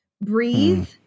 breathe